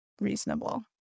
reasonable